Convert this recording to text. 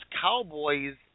Cowboys